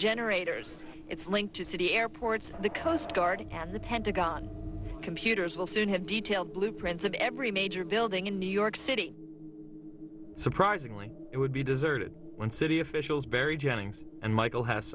generators its link to city airports the coast guard the pentagon computers will soon have detailed blueprints of every major building in new york city surprisingly it would be deserted when city officials barry jennings and michael has